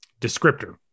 descriptor